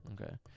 Okay